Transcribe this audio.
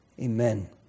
Amen